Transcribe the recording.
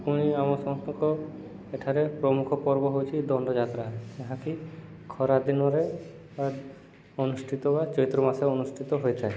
ପୁଣି ଆମ ସମସ୍ତଙ୍କ ଏଠାରେ ପ୍ରମୁଖ ପର୍ବହେଉଛି ଦଣ୍ଡଯାତ୍ରା ଯାହାକି ଖରା ଦିନରେ ବା ଅନୁଷ୍ଠିତ ବା ଚୈତ୍ର ମାସେ ଅନୁଷ୍ଠିତ ହୋଇଥାଏ